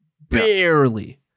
Barely